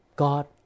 God